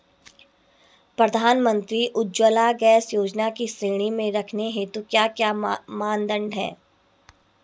प्रधानमंत्री उज्जवला गैस योजना की श्रेणी में रखने हेतु क्या क्या मानदंड है?